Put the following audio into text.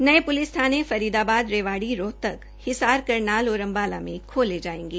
नये पुलिस थाने फरीदाबाद रेवाड़ी रोहतक हिसार करनाल और अम्बाला में खोले जायेंगे